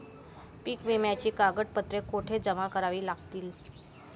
पीक विम्याची कागदपत्रे कुठे जमा करावी लागतील?